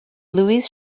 luis